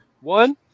one